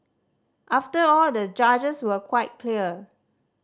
after all the judges were quite clear